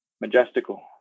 majestical